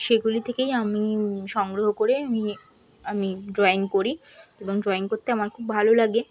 সেগুলি থেকেই আমি সংগ্রহ করে আমি আমি ড্রয়িং করি এবং ড্রয়িং করতে আমার খুব ভালো লাগে